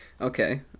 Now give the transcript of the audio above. Okay